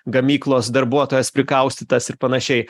gamyklos darbuotojas prikaustytas ir panašiai